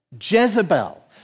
Jezebel